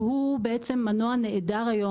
שהוא מנוע נהדר היום.